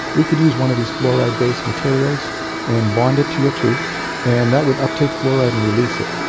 we could use one of these fluoride based materials and bond it to your tooth and that would uptake fluoride and release it.